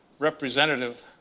Representative